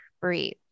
breathe